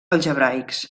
algebraics